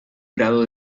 grado